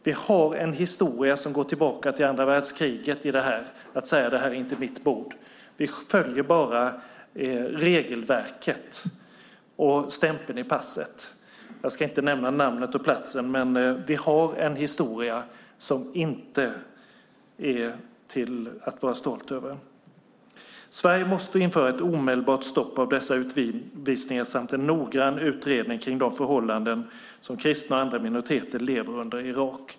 Vi har en historia som går tillbaka till andra världskriget i att säga att detta inte är vårt bord; vi följer bara regelverket och stämpeln i passet. Jag ska inte nämna namnet och platsen, men vi har en historia som inte är att vara stolt över. Sverige måste införa ett omedelbart stopp av dessa utvisningar samt göra en noggrann utredning av de förhållanden som kristna och andra minoriteter lever under i Irak.